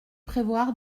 prévoir